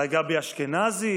אולי גבי אשכנזי,